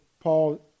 Paul